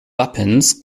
wappens